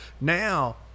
Now